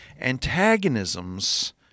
Antagonisms